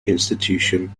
institution